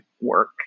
work